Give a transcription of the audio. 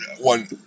one